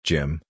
Jim